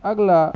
اگلا